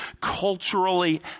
culturally